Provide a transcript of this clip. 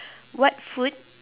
what food